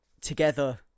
together